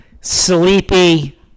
Sleepy